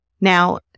Now